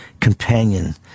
companion